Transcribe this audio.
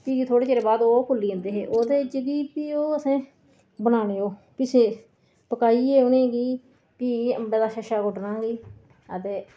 फी थोह्ड़े चिरै बाद ओह् फुल्ली जंदे हे ओह् ओह्दे च फ्ही असें बनाने ओह् पकाइयै उनेंगी फ्ही अम्बा दा छच्छा कुट्टना आ